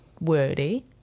wordy